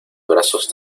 brazos